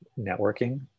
networking